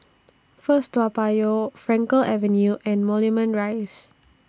First Toa Payoh Frankel Avenue and Moulmein Rise